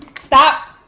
Stop